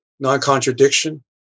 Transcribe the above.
non-contradiction